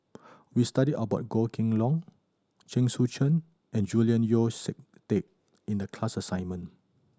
we studied about Goh Kheng Long Chen Sucheng and Julian Yeo See Teck in the class assignment